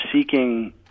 seeking